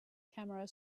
camera